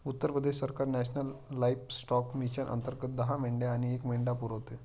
उत्तर प्रदेश सरकार national livestock mission अंतर्गत दहा मेंढ्या आणि एक मेंढा पुरवते